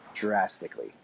drastically